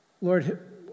Lord